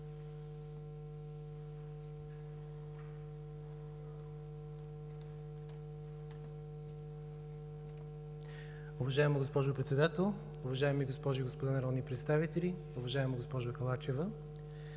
Уважаема госпожо Председател, уважаеми госпожи и господа народни представители! Уважаема госпожо Халачева,